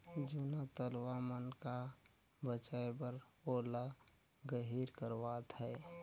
जूना तलवा मन का बचाए बर ओला गहिर करवात है